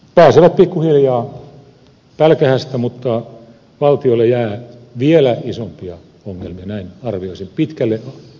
pankit pääsevät pikkuhiljaa pälkähästä mutta valtiolle jää vielä isompia ongelmia näin arvioisin pitkälle tulevaisuuteen